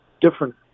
different